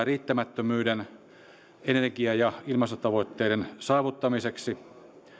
riittämättömyyden energia ja ilmastotavoitteiden saavuttamiseksi